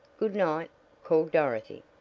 good-night, called dorothy.